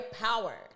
power